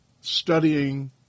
studying